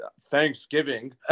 thanksgiving